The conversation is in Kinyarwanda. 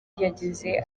yagize